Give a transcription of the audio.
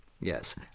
Yes